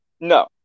No